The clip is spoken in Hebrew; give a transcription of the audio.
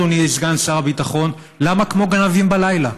אדוני סגן שר הביטחון: למה כמו גנבים בלילה?